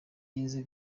yeze